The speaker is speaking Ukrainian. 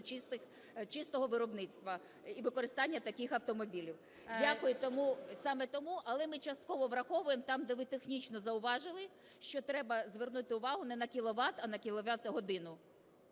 чистого виробництва і використання таких автомобілів. Дякую. Тому, саме тому. Але ми частково враховуємо там, де ви технічно зауважили, що треба звернути увагу не на кіловат, а на кіловат-годину.